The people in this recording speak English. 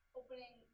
opening